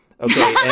Okay